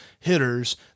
hitters